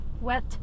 Wet